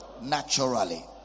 naturally